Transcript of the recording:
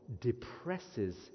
depresses